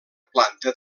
planta